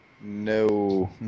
No